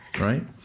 right